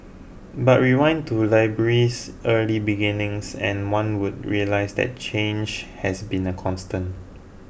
but rewind to library's early beginnings and one would realise that change has been a constant